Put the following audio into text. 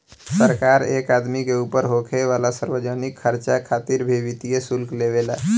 सरकार एक आदमी के ऊपर होखे वाला सार्वजनिक खर्चा खातिर भी वित्तीय शुल्क लेवे ला